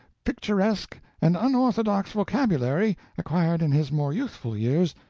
picturesque, and unorthodox vocabulary, acquired in his more youthful years,